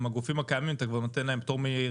אם הגופים הקיימים אתה נותן להם כבר פטור מרישיון.